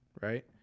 right